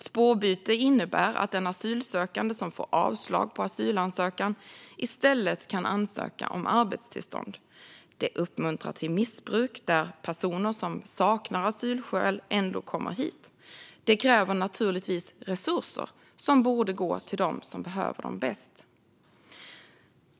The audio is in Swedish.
Spårbyte innebär att en asylsökande som får avslag på asylansökan i stället kan ansöka om arbetstillstånd. Detta uppmuntrar till missbruk - personer som saknar asylskäl kommer ändå hit. Det kräver naturligtvis resurser som borde gå till dem som behöver dessa resurser mest.